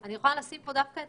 ואני יכולה לשים פה דגש דווקא על